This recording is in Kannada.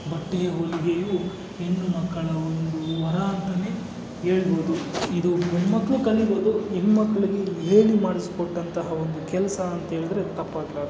ಬಟ್ಟೆಯ ಹೊಲಿಗೆಯೂ ಹೆಣ್ಣುಮಕ್ಕಳ ವರ ಒಂದು ಅಂತಲೇ ಹೇಳ್ಬೋದು ಇದು ಗಂಡು ಮಕ್ಕಳೂ ಕಲಿಬಹುದು ಹೆಣ್ಣು ಮಕ್ಕಳಿಗೂ ಇದು ಹೇಳಿ ಮಾಡಿಸಿಕೊಟ್ಟಂತಹ ಒಂದು ಕೆಲಸ ಅಂಥೇಳಿದರೆ ತಪ್ಪಾಗಲಾರದು